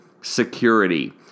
security